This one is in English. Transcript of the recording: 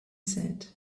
said